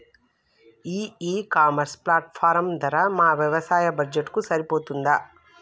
ఈ e commerce platform ధర మా వ్యవసాయ బడ్జెట్ కు సరిపోతుందా?